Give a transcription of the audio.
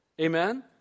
Amen